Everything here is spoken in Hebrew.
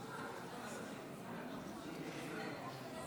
להעביר לשר במשרד המשפטים את